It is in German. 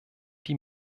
die